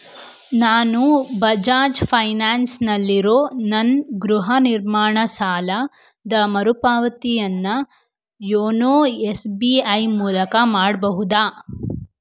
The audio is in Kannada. ನಾನು ಬಜಾಜ್ ಫೈನಾನ್ಸ್ನಲ್ಲಿರೋ ನನ್ನ ಗೃಹ ನಿರ್ಮಾಣ ಸಾಲದ ಮರುಪಾವತಿಯನ್ನು ಯೋನೋ ಎಸ್ ಬಿ ಐ ಮೂಲಕ ಮಾಡಬಹುದಾ